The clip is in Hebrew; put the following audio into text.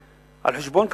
על-חשבון,